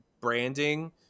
branding